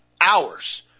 hours